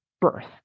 birth